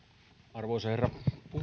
arvoisa herra